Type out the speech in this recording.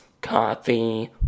coffee